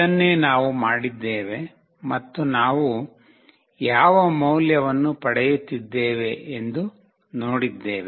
ಇದನ್ನೇ ನಾವು ಮಾಡಿದ್ದೇವೆ ಮತ್ತು ನಾವು ಯಾವ ಮೌಲ್ಯವನ್ನು ಪಡೆಯುತ್ತಿದ್ದೇವೆ ಎಂದು ನೋಡಿದ್ದೇವೆ